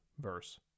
verse